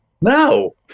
No